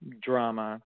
drama